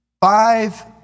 Five